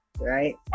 Right